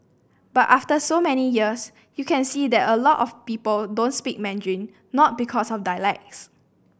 but after so many years you can see that a lot of people don't speak Mandarin not because of dialects